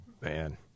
Man